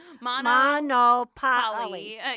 monopoly